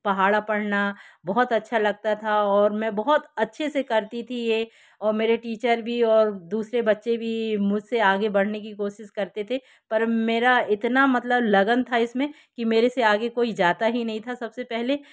पहाड़ा पढ़ना बहुत अच्छा लगता था और मैं बहुत अच्छे से करती थी ये और मेरे टीचर भी और दूसरे बच्चे भी मुझसे आगे बढ़ने की कोशिश करते थे पर मेरा इतना मतलब लगन था इसमें कि मेरे से आगे कोई जाता ही नहीं था सबसे पहले